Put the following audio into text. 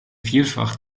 vielfach